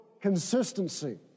consistency